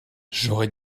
j’aurais